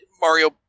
Mario